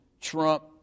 trump